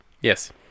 yes